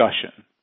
discussion